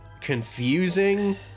confusing